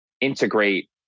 integrate